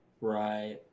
right